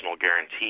guarantee